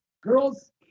Girls